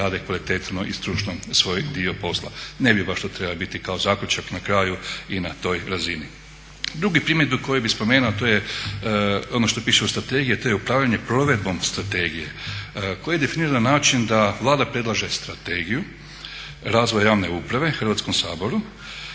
Ne bi baš to trebalo biti kao zaključak na kraju i na toj razini. Druga primjedba koju bih spomenuo ono što piše u strategiji, a to je upravljanje provedbom strategije koji je definiran na način da Vlada predlaže Strategiju razvoja javne uprave Hrvatskom saboru